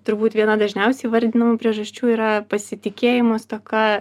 turbūt viena dažniausiai įvardinamų priežasčių yra pasitikėjimo stoka